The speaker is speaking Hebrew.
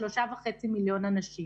3.5 מיליון אנשים.